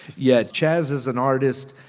yeah. chaz is an artist.